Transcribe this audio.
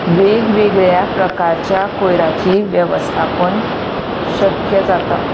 वेग वेगळ्या प्रकारच्या कयराची वेवस्थापन शक्य जाता